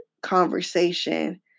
conversation